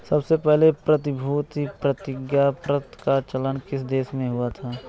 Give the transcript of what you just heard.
सबसे पहले प्रतिभूति प्रतिज्ञापत्र का चलन किस देश में हुआ था?